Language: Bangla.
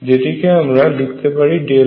যেটিকে আমরা লিখতে পারি ∆N